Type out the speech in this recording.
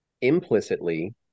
implicitly